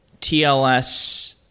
TLS